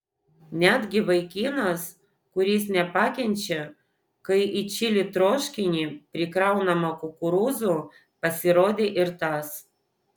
netgi vaikinas kuris nepakenčia kai į čili troškinį prikraunama kukurūzų pasirodė ir tas